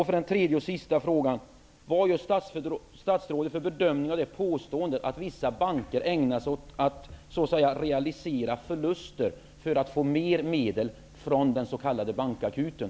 För det tredje: Hur bedömer statsrådet påståendet att vissa banker ägnar sig åt att så att säga realisera förluster för att de skall få ytterligare medel från den s.k. bankakuten?